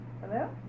Hello